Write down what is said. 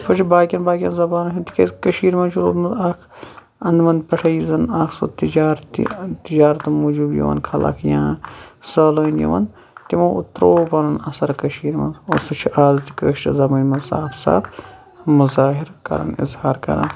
یِتھے پٲٹھۍ چھُ باقیَن باقیَن زَبانَن ہُنٛد تکیاز کٔشیٖر مَنٛز چھُ روٗدمُت اکھ اندٕ وَنٛد پٮ۪ٹھے زَن اکھ سُہ تِجارتی تِجارتہِ موٗجوب یِوان خَلَق یا سالٲنۍ یِوان تِمو تروو پَنُن اَثَر کٔشیٖر مَنٛز اور سُہ چھُ آز تہِ کٲشرِ زَبانہ مَنٛز صاف صاف مُظاہر کَران اِظہار کَران